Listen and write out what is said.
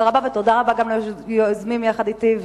תודה רבה גם ליוזמים יחד אתי,